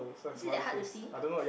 is it that hard to see